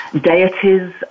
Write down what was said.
deities